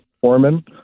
foreman